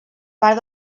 part